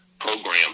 program